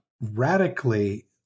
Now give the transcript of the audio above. radically